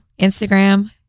Instagram